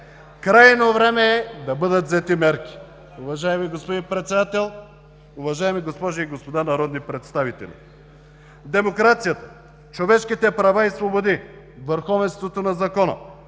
Крайно време е да бъдат взети мерки. Уважаеми господин Председател, уважаеми госпожи и господа народни представители! Демокрацията, човешките права и свободи, върховенството на закона,